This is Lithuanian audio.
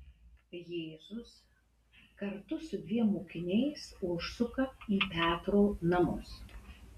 jėzus kartu su dviem mokiniais užsuka į petro namus